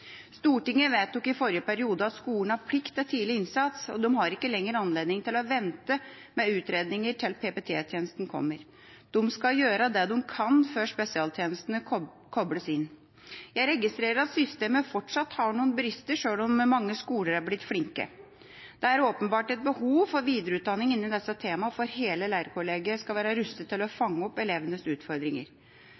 Stortinget vedtok i forrige periode at skolene har plikt til tidlig innsats, og de har ikke lenger anledning til å vente med utredninger til PP-tjenesten kommer. De skal gjøre det de kan før spesialtjenesten kobles inn. Jeg registrerer at systemet fortsatt har noe brister, sjøl om mange skoler er blitt flinke. Det er åpenbart et behov for videreutdanning innenfor disse temaene for at hele lærerkollegiet skal være rustet til å